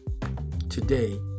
Today